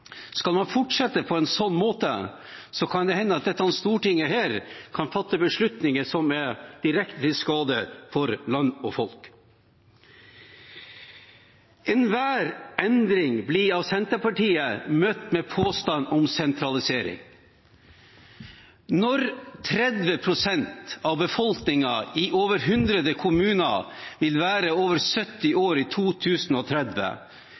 Skal man fortsette på en slik måte, kan dette stortinget komme til å fatte beslutninger som er direkte til skade for land og folk. Enhver endring blir av Senterpartiet møtt med påstander om sentralisering. Når 30 pst. av befolkningen i over 100 kommuner vil være over 70